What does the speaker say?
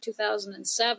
2007